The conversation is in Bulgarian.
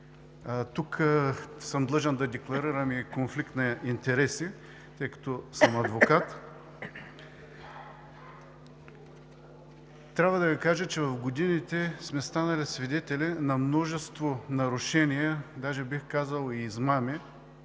Тук съм длъжен да декларирам и конфликт на интереси, тъй като съм адвокат. Трябва да Ви кажа, че в годините сме станали свидетели на множество нарушения, даже бих казал и измами,